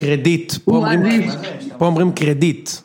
קרדיט, פה אומרים.. פה אומרים קרדיט.